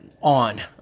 on